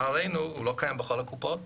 לצערנו, הוא לא קיים בכל הקופות